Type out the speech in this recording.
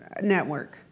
network